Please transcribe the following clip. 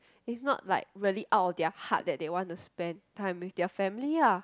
is not like really out of their heart that they want to spend time with their family lah